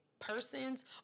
persons